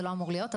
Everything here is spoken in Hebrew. זה לא אמור להיות,